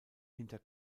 hinter